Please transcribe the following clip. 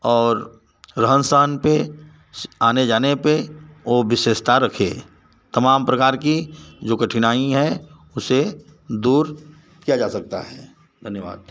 और रहन सहन पे आने जाने पे ओ विशेषता रखे तमाम प्रकार की जो कठिनाई है उसे दूर किया जा सकता है धन्यवाद